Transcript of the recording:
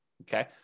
Okay